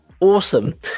Awesome